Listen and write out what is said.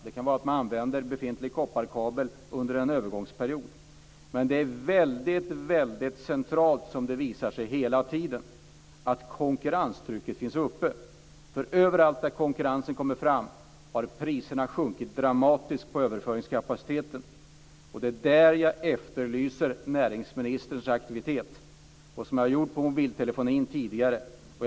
Det kan vara att man använder befintlig kopparkabel under en övergångsperiod. Men det är väldigt centralt, det visar sig hela tiden, att konkurrenstrycket hålls uppe. Överallt där konkurrensen kommer fram har priserna på överföringskapaciteten sjunkit dramatiskt. Det är där jag efterlyser näringsministerns aktivitet, precis som jag har gjort tidigare när det gäller mobiltelefonin.